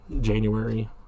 January